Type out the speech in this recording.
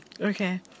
okay